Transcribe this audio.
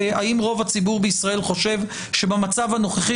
האם רוב הציבור בישראל חושב שבמצב הנוכחי